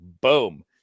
boom